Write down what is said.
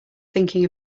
thinking